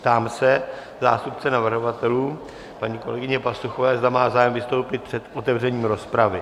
Ptám se zástupce navrhovatelů, paní kolegyně Pastuchové, zda má zájem vystoupit před otevřením rozpravy?